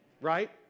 Right